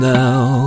now